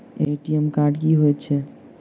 ATM card की हएत छै?